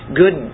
good